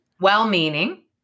Well-meaning